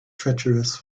treacherous